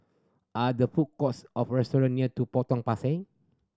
are there food courts of restaurant near Potong Pasir